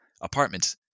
apartment